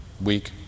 week